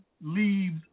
leaves